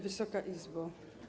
Wysoka Izbo!